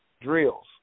Drills